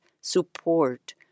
support